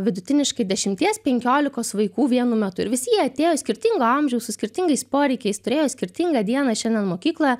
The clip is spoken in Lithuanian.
vidutiniškai dešimties penkiolikos vaikų vienu metu ir visi jie atėjo skirtingo amžiaus su skirtingais poreikiais turėjo skirtingą dieną šiandien mokykloe